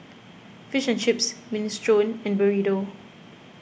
Fish and Chips Minestrone and Burrito